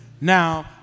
Now